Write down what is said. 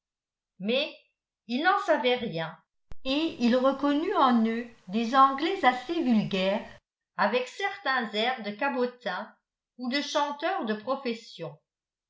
mais il n'en savait rien et il reconnut en eux des anglais assez vulgaires avec certains airs de cabotins ou de chanteurs de profession